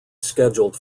scheduled